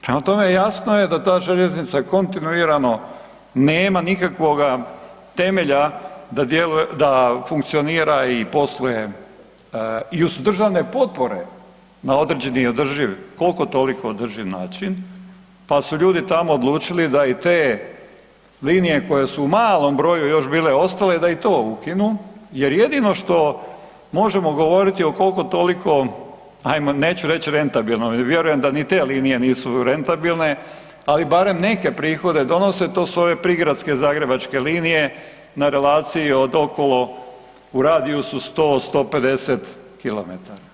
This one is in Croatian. Prema tome jasno je da ta željeznica kontinuirano nema nikakvoga temelja da djeluje, da funkcionira i posluje i uz državne potpore na određen i održiv koliko toliko održiv način, pa su ljudi tamo odlučili da i te linije koje su u malom broju još bile ostale i da i to ukinu jer jedino što možemo govoriti o koliko toliko, ajmo neću reći rentabilnom jer vjerujem da ni te linije nisu rentabilne, ali barem neke prihode donose to su ove prigradske zagrebačke linije na relaciji od okolo u radijusu 100-150 km.